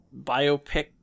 biopic